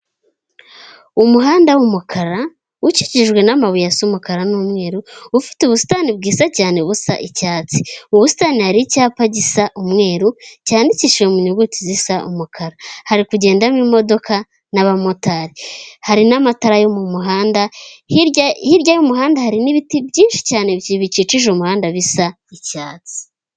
Umuhanda wumukara ukikijwe n'amabuye asa umukara n'umweru, ufite ubusitani bwiza cyane busa icyatsi. Mu busitani hari icyapa gisa umweru cyandikishijwe mu nyuguti zisa umukara. Hari kugendamo imodoka n'abamotari, hari n'amatara yo mumuhanda, hirya y'umuhanda hari n'ibiti byinshi cyane bikikije umuhanda bisa n'icyatsi.